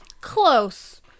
Close